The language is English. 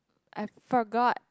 I forgot